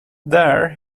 there